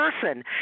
person